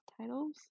titles